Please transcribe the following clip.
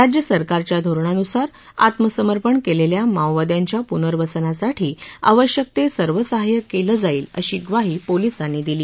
राज्य सरकारच्या धोरणानुसार आत्मसमपर्ण केलेल्या माओवाद्यांच्या पुनर्वसनासाठी आवश्यक ते सर्व सहाय्य केलं जाईल अशी ग्वाही पोलिसांनी दिली